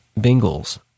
Bengals